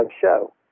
show